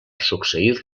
succeir